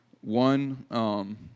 One